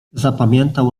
zapamiętał